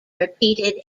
repeated